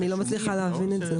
אני לא מצליחה להבין את זה.